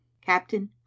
Captain